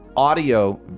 audio